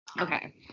Okay